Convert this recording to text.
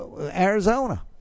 Arizona